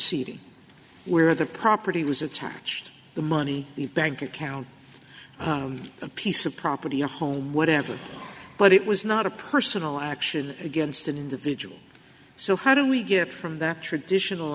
proceeding where the property was attached the money the bank account a piece of property a home whatever but it was not a personal action against an individual so how do we get from the traditional